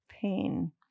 pain